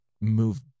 move